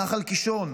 נחל קישון,